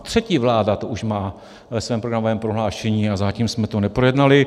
Třetí vláda to už má ve svém programovém prohlášení a zatím jsme to neprojednali.